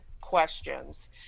questions